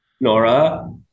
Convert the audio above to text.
Nora